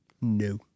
No